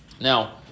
Now